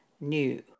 new